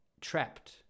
Trapped